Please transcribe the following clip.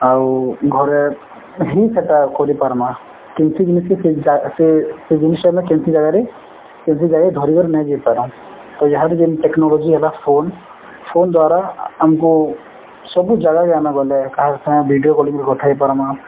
ଆଉ ଘରେ ହିଁ ସେଟା କରିପାରିମା କେନ୍ସି ଜିନିଷକ ସେ ସେ ସେ ଜିନିଷଟା ଆମେ କେନ୍ସି ଜାଗାରେ କେନ୍ସି ଜାଗାରେ ଧରିକରି ନାଇଯାଇପାରୁ ତ ଏହାଦେ ଯେନ୍ ଟେକ୍ନୋଲୋଜି ହେଲା ଫୋନ୍ ଫୋନ୍ ଦ୍ୱାରା ଆମ୍କୁ ସବୁ ଜାଗାକେ ଆମେ ଗଲେ କାହାର ସାଙ୍ଗେ ଭିଡ଼ିଓ କଲିଂରେ କଥା ହେଇପାର୍ମା